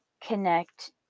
connect